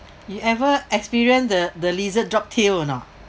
you ever experience the the lizard drop tail or not